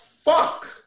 fuck